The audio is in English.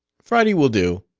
friday will do.